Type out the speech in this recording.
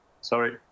Sorry